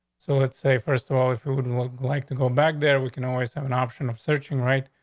so let's say first of all, if you would and like like to go back there. we can always have an option of searching, right.